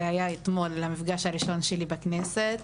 זה היה אתמול המפגש הראשון שלי בכנסת.